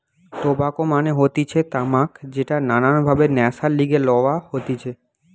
tobacco মানে হতিছে তামাক যেটা নানান ভাবে নেশার লিগে লওয়া হতিছে